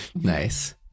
Nice